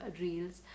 Reels